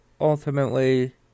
ultimately